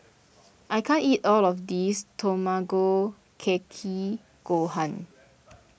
I can't eat all of this Tamago Kake Gohan